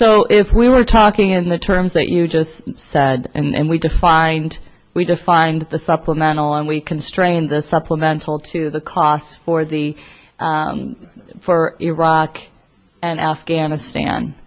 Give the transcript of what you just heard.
so if we were talking in the terms that you just said and we defined we defined the supplemental and we constrain the supplemental to the cost for the for iraq and afghanistan